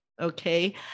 Okay